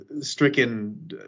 stricken